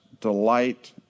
delight